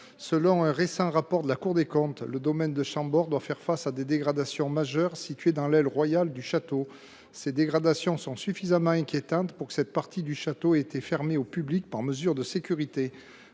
Selon un récent rapport de la Cour des comptes, celui ci fait face à des dégradations majeures situées dans l’aile royale du château ; elles sont suffisamment inquiétantes pour que cette partie du bâtiment ait été fermée au public par mesure de sécurité.